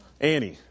Annie